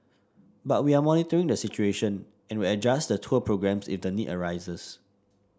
but we are monitoring the situation and will adjust the tour programmes if the need arises